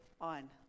on